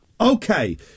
Okay